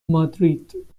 مادرید